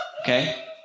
Okay